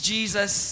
Jesus